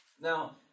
Now